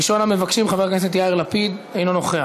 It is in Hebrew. ראשון המבקשים, חבר הכנסת יאיר לפיד, אינו נוכח.